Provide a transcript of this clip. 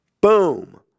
Boom